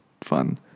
fun